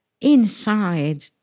Inside